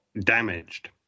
damaged